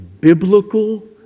biblical